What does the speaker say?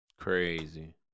Crazy